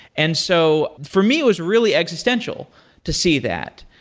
and so for me, it was really existential to see that.